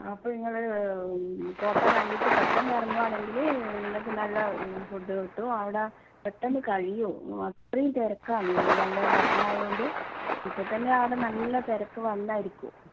അപ്പോൾ നിങ്ങള് കോട്ട കണ്ടിട്ട് പെട്ടെന്ന് ഇറങ്ങുകയാണെങ്കില് നിങ്ങൾക്ക് നല്ല ഫുഡ് കിട്ടും അവിടെ പെട്ടെന്ന് കഴിയും ആ അത്രയും തിരക്കാണ് നല്ല ഭക്ഷണം ആയതുകൊണ്ട് ഇപ്പോൾ തന്നെ അവിടെ നല്ല തിരക്ക് വന്നായിരിക്കും